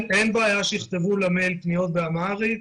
אין בעיה שיכתבו למייל פניות באמהרית,